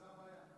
זו הבעיה.